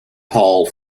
hall